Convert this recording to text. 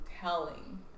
telling